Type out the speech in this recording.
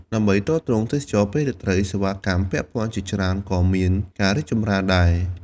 ដើម្បីទ្រទ្រង់ទេសចរណ៍ពេលរាត្រី សេវាកម្មពាក់ព័ន្ធជាច្រើនក៏មានការរីកចម្រើនដែរ។